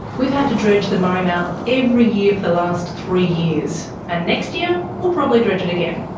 we've had to dredge the murray mouth every year for the last three years, and next year we'll probably dredge it again.